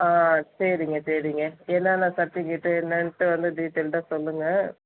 ஆ சரிங்க சரிங்க என்னென்ன சர்டிஃபிகேட்டு என்னன்ட்டு வந்து டீடெய்ல்டாக சொல்லுங்கள்